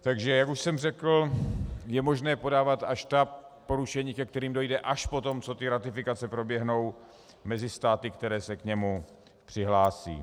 Jak už jsem řekl, je možné podávat až ta porušení, ke kterým dojde až po tom, co ratifikace proběhnou mezi státy, které se k němu přihlásí.